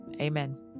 amen